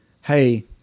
hey